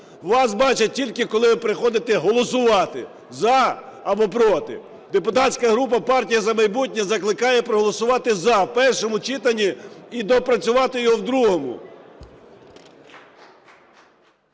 вас бачать тільки коли ви приходите голосувати "за" або "проти". Депутатська група "Партія "За майбутнє" закликає проголосувати "за" в першому читанні і доопрацювати його в другому.